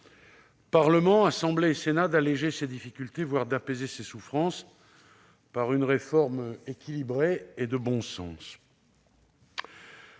Parlement, Assemblée nationale et Sénat, d'alléger ces difficultés, d'apaiser ces souffrances, par une réforme équilibrée et de bon sens.